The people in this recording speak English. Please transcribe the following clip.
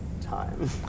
time